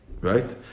Right